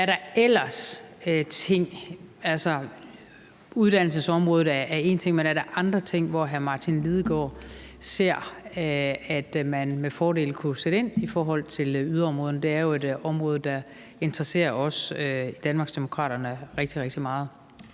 og den her række gymnasier. Uddannelsesområdet er én ting, men er der ellers andre ting, hvor hr. Martin Lidegaard ser at man med fordel kunne sætte ind i forhold til yderområderne? Det er jo noget, der interesserer os i Danmarksdemokraterne rigtig, rigtig meget.